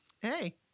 hey